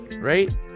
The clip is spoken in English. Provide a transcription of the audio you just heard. right